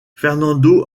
fernando